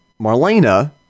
marlena